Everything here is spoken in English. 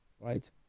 right